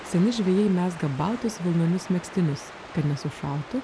seni žvejai mezga baltus vilnonius megztinius kad nesušaltų